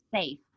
safe